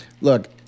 Look